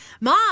Mom